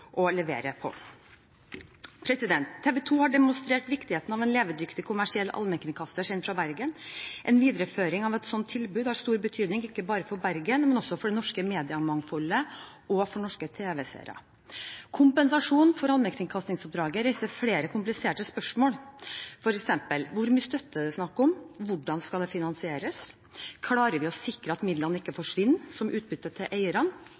og levere på. TV 2 har demonstrert viktigheten av en levedyktig kommersiell allmennkringkaster i Bergen. En videreføring av et slikt tilbud har stor betydning ikke bare for Bergen, men også for det norske mediemangfoldet og for norske tv-seere. Kompensasjon for allmennkringkastingsoppdraget reiser flere kompliserte spørsmål, f.eks.: Hvor mye støtte er det snakk om? Hvordan skal det finansieres? Klarer vi å sikre at midlene ikke forsvinner som utbytte til eierne?